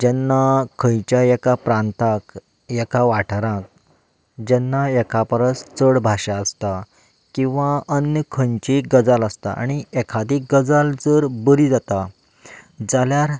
जेन्ना खंयच्या एका प्रांताक एका वाठाराक जेन्ना एका परस चड भाशा आसता किंवा अन्य खंयची गजाल आसता आनी एखादी गजाल जर बरी जाता जाल्यार